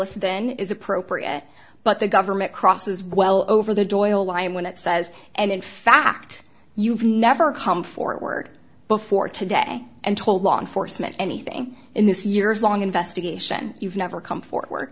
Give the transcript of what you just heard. us then it is appropriate but the government crosses well over the doyle why and when it says and in fact you've never come forward before today and told law enforcement anything in this years long investigation you've never come for